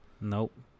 Nope